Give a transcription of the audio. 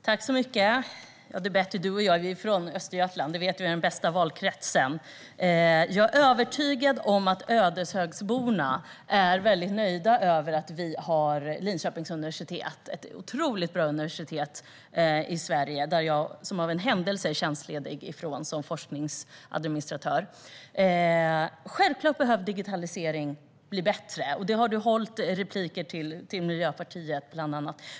Fru talman! Betty Malmberg och jag är från Östergötland. Det är den bästa valkretsen! Jag är övertygad om att Ödeshögsborna är nöjda med Linköpings universitet. Det är ett otroligt bra universitet i Sverige där jag, som av en händelse, är tjänstledig från min tjänst som forskningsadministratör. Självklart behöver digitaliseringen bli bättre. Det har Betty Malmberg tagit upp i repliker till Miljöpartiet.